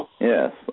Yes